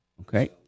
Okay